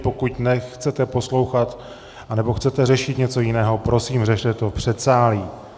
Pokud nechcete poslouchat anebo chcete řešit něco jiného, prosím, řešte to v předsálí.